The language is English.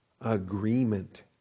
Agreement